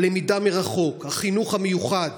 הלמידה מרחוק, החינוך המיוחד.